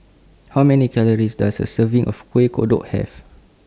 How Many Calories Does A Serving of Kuih Kodok Have